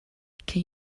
can